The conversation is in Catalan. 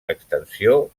extensió